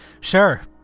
Sure